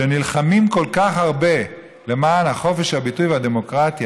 שנלחמים כל כך הרבה למען חופש הביטוי והדמוקרטיה,